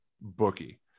Bookie